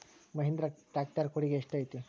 Mahindra tractor ಕೊಡುಗೆ ಎಷ್ಟು ಐತಿ?